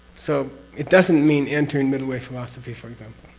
so it doesn't mean entering middle way philosophy for example,